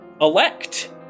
elect